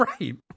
right